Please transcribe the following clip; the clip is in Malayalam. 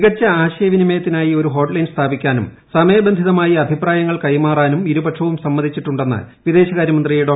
മികച്ച ആശയവിനിമയത്തിനായി ഒരു ഹോട്ട്ലൈൻ സ്ഥാപിക്കാനും സമയബന്ധിതമായി അഭിപ്രായങ്ങൾ കൈമാറാനും ഇരുപക്ഷവും സമ്മതിച്ചിട്ടുണ്ടെന്ന് വിദേശകാരൃ മന്ത്രി ഡോ